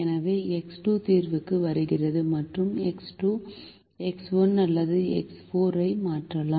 எனவே எக்ஸ் 2 தீர்வுக்கு வருகிறது மற்றும் எக்ஸ் 2 எக்ஸ் 1 அல்லது எக்ஸ் 4 ஐ மாற்றலாம்